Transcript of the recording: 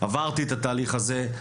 עברתי את התהליך הזה.